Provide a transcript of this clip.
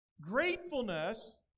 Gratefulness